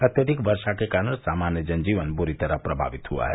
अत्यधिक वर्षा के कारण सामान्य जनजीवन बुरी तरह प्रभावित हुआ है